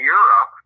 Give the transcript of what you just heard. Europe